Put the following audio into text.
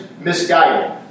misguided